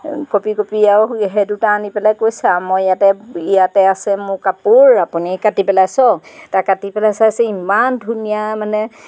কঁঁপি কঁপি আৰু সেই দুটা আনি পেলাই কৈছে আৰু মই ইয়াতে ইয়াতে আছে মোৰ কাপোৰ আপুনি কাটি পেলাই চাওক তাৰপৰা কাটি পেলাই চাইছে ইমান ধুনীয়া মানে